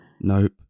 Nope